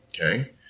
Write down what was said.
Okay